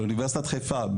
של אוניברסיטת חיפה,